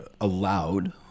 allowed